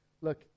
look